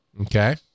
okay